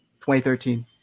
2013